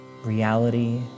Reality